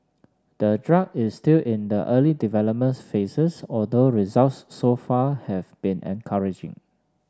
the drug is still in the early development phases although results so far have been encouraging